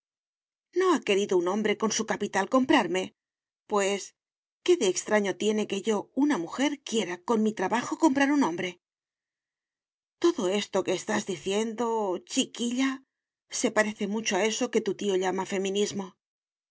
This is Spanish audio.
no ha querido un hombre con su capital comprarme pues qué de extraño tiene que yo una mujer quiera con mi trabajo comprar un hombre todo esto que estás diciendo chiquilla se parece mucho a eso que tu tío llama feminismo